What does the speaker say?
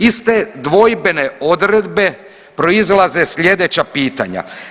Iz te dvojbene odredbe proizlaze slijedeća pitanja.